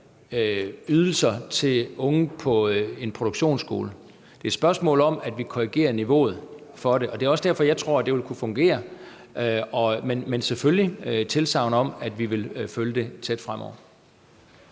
ydelser til unge på en produktionsskole. Det er et spørgsmål om, at vi korrigerer niveauet for det, og det er også derfor, jeg tror, det vil kunne fungere. Men selvfølgelig er der tilsagn om, at vi vil følge det tæt fremover.